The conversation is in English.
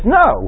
no